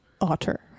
otter